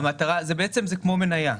זה כמו מניה.